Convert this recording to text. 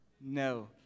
No